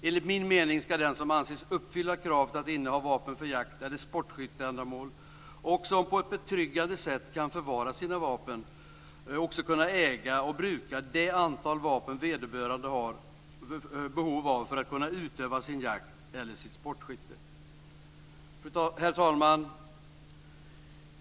Enligt min mening ska den som anses uppfylla kravet att inneha vapen för jakt eller sportskytteändamål och som på ett betryggande sätt kan förvara sina vapen också få äga och bruka det antal vapen vederbörande har för att kunna utöva sin jakt eller sitt sportskytte. Herr talman!